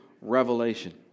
revelation